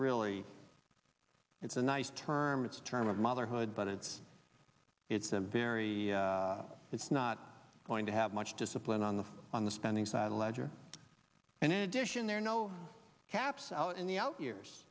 really it's a nice hermit's term of motherhood but it's it's a very it's not going to have much discipline on the on the spending side a ledger and in addition there are no caps out in the out years